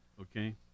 okay